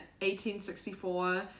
1864